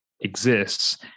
exists